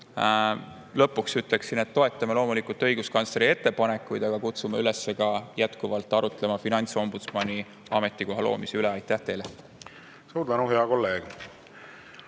lõpetuseks ütleksin, et me toetame loomulikult õiguskantsleri ettepanekuid, aga kutsume üles jätkuvalt arutlema finantsombudsmani ametikoha loomise üle. Aitäh teile! Suur tänu, hea kolleeg!